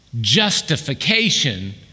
justification